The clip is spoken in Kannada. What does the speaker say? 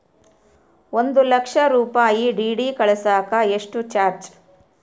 ಒಂದು ಲಕ್ಷ ರೂಪಾಯಿ ಡಿ.ಡಿ ಕಳಸಾಕ ಎಷ್ಟು ಚಾರ್ಜ್?